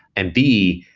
and b,